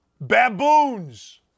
baboons